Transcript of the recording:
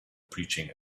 preaching